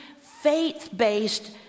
faith-based